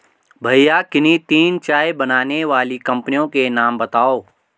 भैया किन्ही तीन चाय बनाने वाली कंपनियों के नाम बताओ?